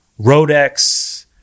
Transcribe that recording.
Rodex